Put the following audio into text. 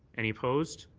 any opposed?